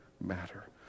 matter